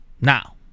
Now